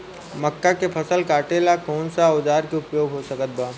मक्का के फसल कटेला कौन सा औजार के उपयोग हो सकत बा?